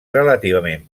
relativament